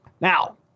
Now